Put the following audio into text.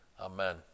Amen